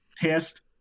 pissed